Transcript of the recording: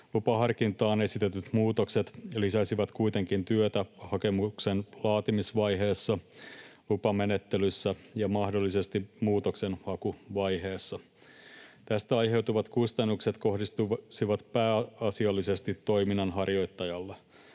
Lupaharkintaan esitetyt muutokset lisäisivät kuitenkin työtä hakemuksen laatimisvaiheessa, lupamenettelyssä ja mahdollisesti muutoksenhakuvaiheessa. Tästä aiheutuvat kustannukset kohdistuisivat pääasiallisesti toiminnanharjoittajalle.